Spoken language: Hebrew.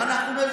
ואנחנו,